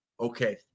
Okay